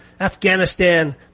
Afghanistan